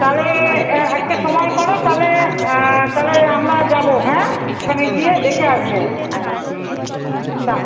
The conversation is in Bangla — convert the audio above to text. তাহলে একটা সময় করো তাহলে তাহলে আমরা যাবো হ্যাঁ ওখানে গিয়ে দেখে আসবো হুম তা